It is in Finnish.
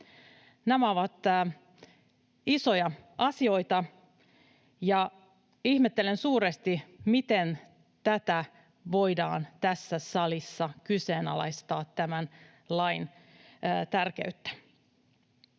Nämä ovat isoja asioita, ja ihmettelen suuresti, miten tässä salissa voidaan kyseenalaistaa tämän lain tärkeyttä.